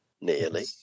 Nearly